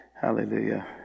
Hallelujah